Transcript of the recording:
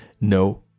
no